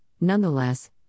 nonetheless